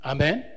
Amen